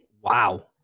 Wow